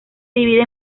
divide